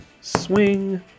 Swing